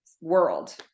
world